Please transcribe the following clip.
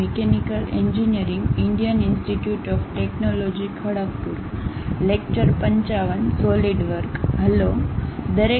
hello દરેક